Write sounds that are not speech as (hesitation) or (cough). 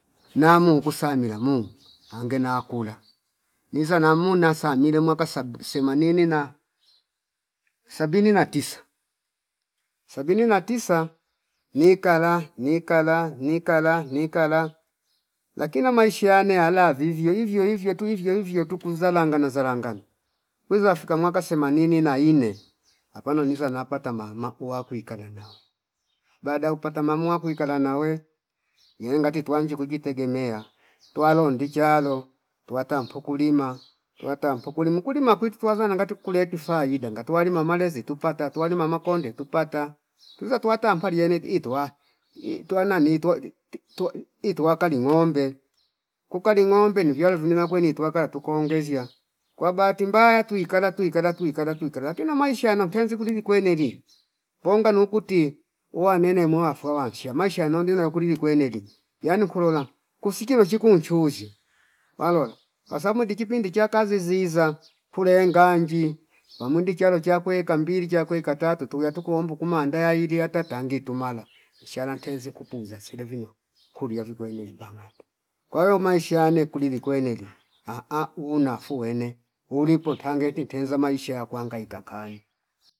Namu nkusamila mu (noise) ange nakula niza namunasa nyile mwaka sabi semanini na sabini na tisa, sabini na tisa nikala- nikala- nikala- nikala lakini na maisha yane yala vivyo ivyo- ivyo- ivyo tu ivyo- ivyo tuku zalanga na zara ngani weza fika mwaka semanini na inne apano niza napata ma- ma- makuw ampaki kala nawe baada ya kupata mumuwakwi kala nawe yaengati tuwanji kujitegemea tuwalo ndichalo tuwata mpuku lima tuwata mpukuli mkulima wakwiti tuwaza nangati kukule kifaida ngatwali mamalezi itupata tuwali mama konde tupate tuza tuwata ampaliane ituwa (hesitation) tuwana ni tuwa (hesitation) tuwa lingombe kuka lingombe nivialo vinona nakweni nituaka tuko ngezia kwa bahati tuikala- tuikala- tuikala kino maisha yano twezi kulili kweneli (noise) ponga nukuti uwanene mowa afwa nsha maisha yanondino yakuli likweneli yani kulola (noise) kusike luchiku nchuuzi walol pasamwe lipichindi cha kazi ziza kulenga nji (noise) pamundi chalo chakwe mbili chakwe ka tatu tuga tukuombu kuma ndayaili ata tangi tumala tushala ntezni kupunza sile vino kulia vikwene ni panganda kwaio maisha yane kulili kweneli ahh una fu wene ulipo tange ntinteza maisha ya kuhangaika kani